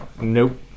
nope